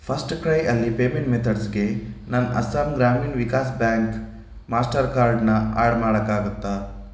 ಫರ್ಸ್ಟ್ಕ್ರೈಯಲ್ಲಿ payment ಮೆಥಡ್ಸ್ಗೆ ನನ್ನ Assam Gramin Vikas bank ಮಾಸ್ಟರ್ಕಾರ್ಡ್ನ ಆ್ಯಡ್ ಮಾಡಕ್ಕಾಗತ್ತಾ